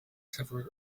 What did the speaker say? several